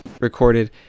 recorded